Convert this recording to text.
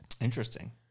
Interesting